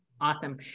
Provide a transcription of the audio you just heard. Awesome